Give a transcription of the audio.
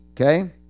Okay